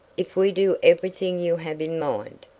if we do everything you have in mind.